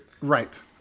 Right